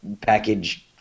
package